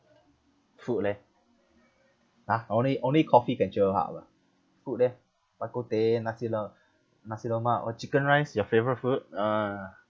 food leh !huh! only only coffee can cheer you up ah food leh bak kut teh nasi le~ nasi lemak or chicken rice your favourite food ah